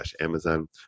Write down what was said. amazon